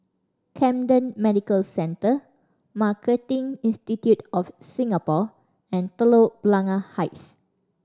Camden Medical Centre Marketing Institute of Singapore and Telok Blangah Heights